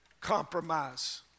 compromise